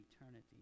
eternity